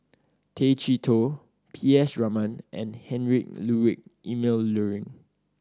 Tay Chee Toh P S Raman and Heinrich Ludwig Emil Luering